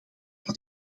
alle